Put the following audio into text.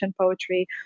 poetry